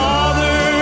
Father